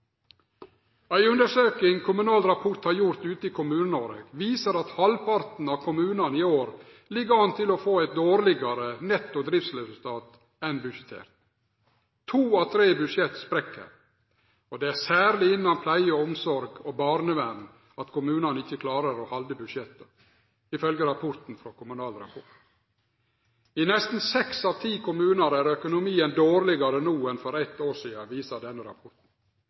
Ei undersøking Kommunal Rapport har gjort ute i Kommune-Noreg, viser at halvparten av kommunane i år ligg an til å få eit dårlegare netto driftsresultat enn budsjettert. To av tre budsjett sprekk, og det er særleg innan pleie og omsorg og barnevern at kommunane ikkje klarer å halde budsjetta, ifølgje rapporten frå Kommunal Rapport. I nesten seks av ti kommunar er økonomien dårlegare no enn for eit år sidan, viser denne rapporten